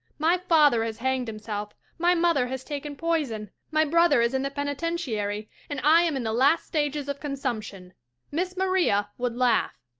my father has hanged himself, my mother has taken poison, my brother is in the penitentiary, and i am in the last stages of consumption miss maria would laugh.